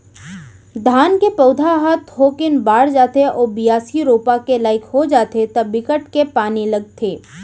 धान के पउधा ह थोकिन बाड़ जाथे अउ बियासी, रोपा के लाइक हो जाथे त बिकट के पानी लगथे